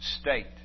state